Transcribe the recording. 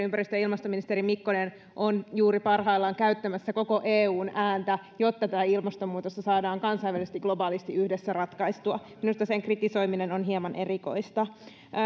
ympäristö ja ilmastoministeri mikkonen on juuri parhaillaan käyttämässä koko eun ääntä jotta tätä ilmastonmuutosta saadaan kansainvälisesti globaalisti yhdessä ratkaistua minusta sen kritisoiminen on hieman erikoista